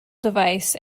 device